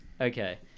Okay